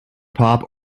pop